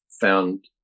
found